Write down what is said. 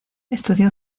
estudió